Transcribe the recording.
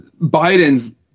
Biden's